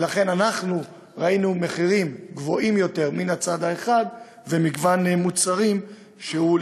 ולכן ראינו מחירים גבוהים יותר מצד אחד ומגוון מוצרים שהוא,